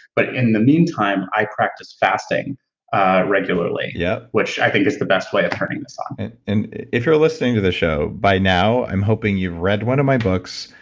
but in the meantime, i practice fasting regularly. yeah. which i think is the best way of turning this on. and if you're listening to this show, by now, i'm hoping you've read one of my books.